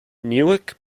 newark